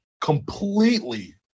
completely